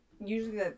usually